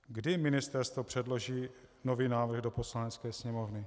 Kdy ministerstvo předloží nový návrh do Poslanecké sněmovny?